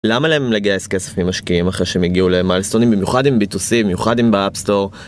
למה להם לגייס כספים משקיעים אחרי שהם הגיעו למהלסטונים במיוחד עם ביטוסים מיוחדים בappstore?